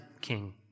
king